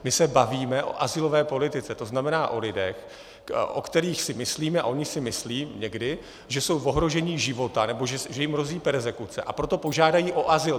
My se bavíme o azylové politice, tzn. o lidech, o kterých si myslíme, a oni si myslí, někdy, že jsou v ohrožení života nebo že jim hrozí perzekuce, a proto požádají o azyl.